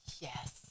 yes